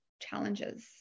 challenges